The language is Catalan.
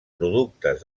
productes